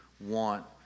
want